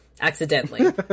Accidentally